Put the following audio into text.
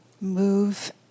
move